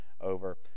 over